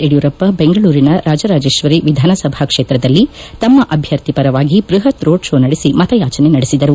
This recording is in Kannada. ಯಡಿಯೂರಪ್ಪ ಬೆಂಗಳೂರಿನ ರಾಜರಾಜೇಶ್ವರಿ ವಿಧಾನ ಸಭಾ ಕ್ಷೇತ್ರದಲ್ಲಿ ತಮ್ಮ ಅಭ್ಯರ್ಥಿ ಪರವಾಗಿ ಬೃಪತ್ ರೋಡ್ ಕೋ ನಡೆಸಿ ಮತಯಾಚನೆ ನಡೆಸಿದರು